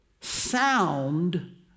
sound